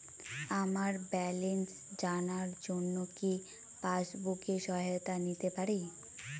আমার ব্যালেন্স জানার জন্য কি পাসবুকের সহায়তা নিতে পারি?